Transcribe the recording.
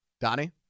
Donnie